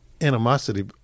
animosity